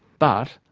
but,